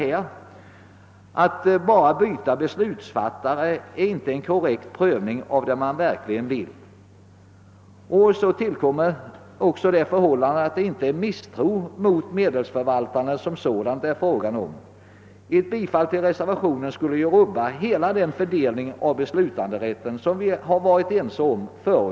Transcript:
Att bara byta beslutsfattare är inte någon korrekt prövning av vad man verkligen syftar till. Dessutom tillkommer det förhållandet, att det inte är fråga om något misstroende mot medelsförvaltarna såsom sådana. Ett bifall till reservationen skulle emellertid rubba hela den fördelning av beslutanderätten som vi förut varit ense om.